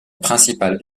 principal